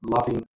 loving